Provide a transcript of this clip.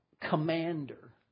commander